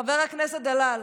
חבר הכנסת דלל,